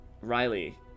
Riley